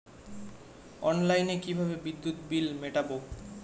অনলাইনে কিভাবে বিদ্যুৎ বিল মেটাবো?